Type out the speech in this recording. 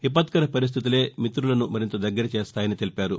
విపత్కర పరిస్దితులే మిత్రులను మరింత దగ్గర చేస్తాయని తెలిపారు